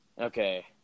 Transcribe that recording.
Okay